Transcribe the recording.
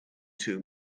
too